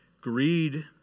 Greed